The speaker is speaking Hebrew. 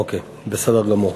אוקיי, בסדר גמור.